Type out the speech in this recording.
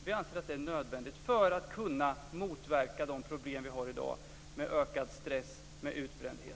Vi anser att det är nödvändigt för att kunna motverka de problem vi har i dag med ökad stress och utbrändhet.